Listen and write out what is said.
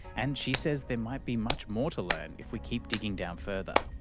and she says there might be much more to learn if we keep digging down further.